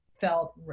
felt